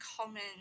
common